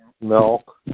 milk